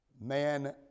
man